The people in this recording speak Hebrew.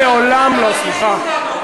אני מעולם לא, סליחה.